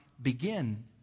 Begin